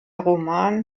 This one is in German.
roman